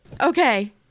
Okay